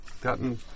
gotten